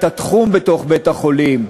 לקבוע את התחום בתוך בית-החולים,